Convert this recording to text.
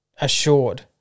assured